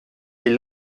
est